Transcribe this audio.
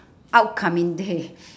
upcoming day